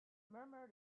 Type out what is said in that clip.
murmur